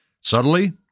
Subtly